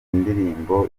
indirimbo